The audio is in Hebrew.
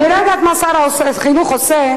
אני לא יודעת מה שר החינוך עושה,